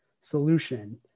solution